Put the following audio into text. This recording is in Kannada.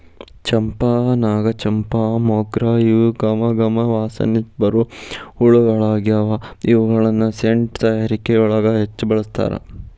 ಚಂಪಾ, ನಾಗಚಂಪಾ, ಮೊಗ್ರ ಇವು ಗಮ ಗಮ ವಾಸನಿ ಬರು ಹೂಗಳಗ್ಯಾವ, ಇವುಗಳನ್ನ ಸೆಂಟ್ ತಯಾರಿಕೆಯೊಳಗ ಹೆಚ್ಚ್ ಬಳಸ್ತಾರ